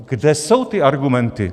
Kde jsou ty argumenty?